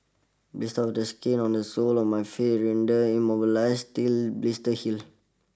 blister of the skin on the soles of my feet renders immobilize still blisters heal